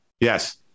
Yes